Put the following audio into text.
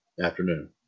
afternoon